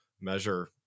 measure